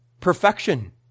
perfection